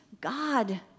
God